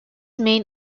main